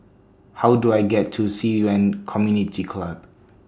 How Do I get to Ci Yuan Community Club